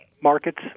markets